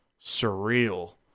surreal